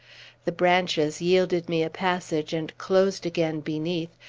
the branches yielded me a passage, and closed again beneath,